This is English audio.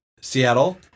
Seattle